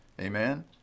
Amen